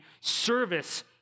service